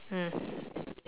mm